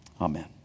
Amen